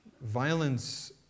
violence